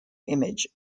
image